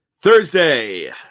Thursday